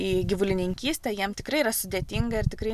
į gyvulininkystę jiem tikrai yra sudėtinga ir tikrai